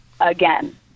again